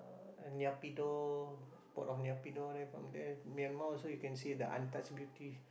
uh and Naypyidaw port of Naypyidaw then from there Myanmar also you can see the untouched beauty